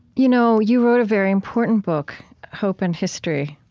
you know you wrote a very important book, hope and history.